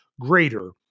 greater